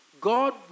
God